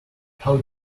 how